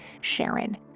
Sharon